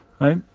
Right